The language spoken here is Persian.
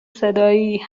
صدایی